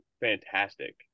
fantastic